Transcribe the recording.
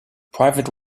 private